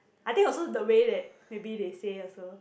I think also the way that maybe they say also